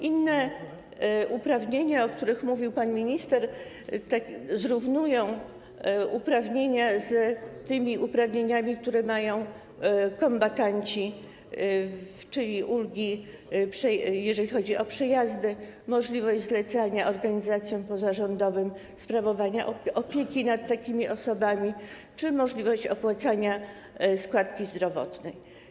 Inne rozwiązania, o których mówił pan minister, zrównują uprawnienia z tymi uprawnieniami, które mają kombatanci, czyli ulgi, jeżeli chodzi o przejazdy, możliwość zlecania organizacjom pozarządowym sprawowania opieki nad takimi osobami czy możliwość opłacania składki zdrowotnej.